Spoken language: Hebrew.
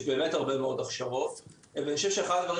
יש באמת הרבה מאוד הכשרות אבל אני חושב שאחד הדברים